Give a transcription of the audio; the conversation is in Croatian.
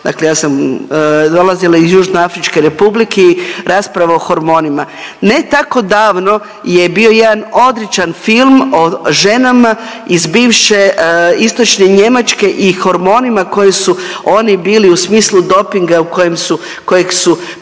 dakle ja sam, dolazila je iz Južnoafričke Republike i rasprava hormonima. Ne tako davno je bio jedan odličan film o ženama iz bivše istočne Njemačke i hormonima koje su oni bili u smislu dopinga u kojem su, kojeg